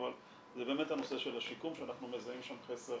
אבל זה באמת הנושא של השיקום שאנחנו מזהים שם חסר